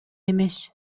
эмес